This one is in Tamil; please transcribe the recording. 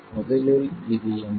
முதலில் இது என்ன